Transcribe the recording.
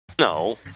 No